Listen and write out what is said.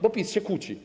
Bo PiS się kłóci.